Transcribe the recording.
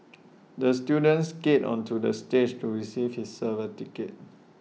the student skated onto the stage to receive his